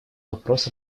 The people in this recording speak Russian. вопрос